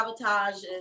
sabotage